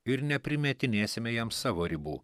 ir neprimetinėsime jam savo ribų